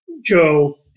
Joe